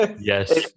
yes